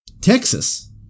Texas